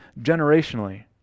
generationally